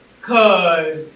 cause